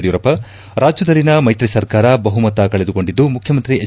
ಯಡಿಯೂರಪ್ಪ ರಾಜ್ಯದಲ್ಲಿನ ಮೈತ್ರಿ ಸರ್ಕಾರ ಬಹುಮತ ಕಳೆದುಕೊಂಡಿದ್ದು ಮುಖ್ಯಮಂತ್ರಿ ಎಚ್